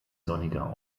sonniger